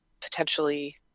potentially